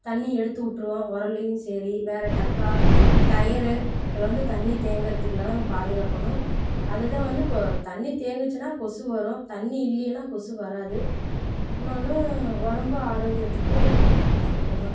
தண்ணி எடுத்துவுட்டுருவோம் உரல்லேயும் சரி வேற டப்பா டயரு இதில் வந்து தண்ணி தேங்கிறத்துக்கு இல்லாம நம்ம பாதுகாக்கணும் அது தான் வந்து கொ தண்ணி தேங்குச்சினா கொசு வரும் தண்ணி இல்லைன்னா கொசு வராது இன்னொன்று ஒடம்பு ஆரோக்கியத்துக்கு அவ்வளோ தான்